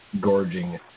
gorging